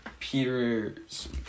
peter's